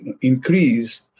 increase